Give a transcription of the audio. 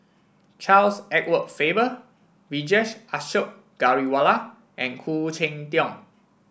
Charles Edward Faber Vijesh Ashok Ghariwala and Khoo Cheng Tiong